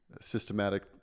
systematic